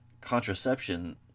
contraception